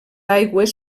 aigües